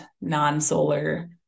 non-solar